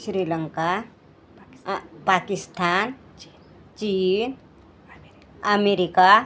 श्रीलंका पाकिस्थान चीन अमेरिका